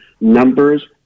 numbers